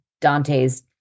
Dante's